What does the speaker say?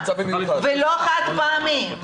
ולא חד פעמי.